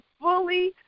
fully